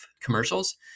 commercials